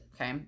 Okay